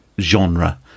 genre